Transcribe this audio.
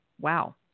wow